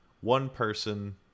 one-person